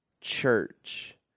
church